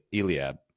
Eliab